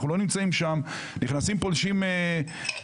אנחנו לא נמצאים שם, נכנסים פולשים ערבים.